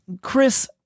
Chris